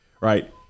right